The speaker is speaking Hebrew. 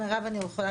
אני רוצה